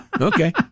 Okay